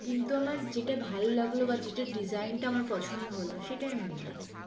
কিন্তু আমার যেটা ভালো লাগলো বা যেটার ডিজাইনটা আমার পছন্দ হলো সেটাই আমি নিলাম